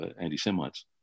anti-Semites